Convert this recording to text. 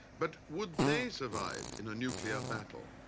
but would they survive in a nuclear battle?